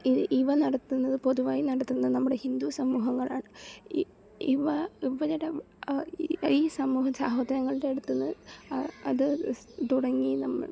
E ഇവ നടത്തുന്നത് പൊതുവായി നടത്തുന്നത് നമ്മടെ ഹിന്ദു സമൂഹങ്ങളാണ് ഇ ഇവ ഇവരുടെ ഈ സമൂഹ സാഹോദരങ്ങളുടെയടുത്തുനിന്ന് അത് സ് തുടങ്ങി നമ്മൾ